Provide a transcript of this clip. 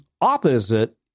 opposite